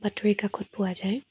বাতৰিকাকত পোৱা যায়